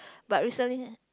but recently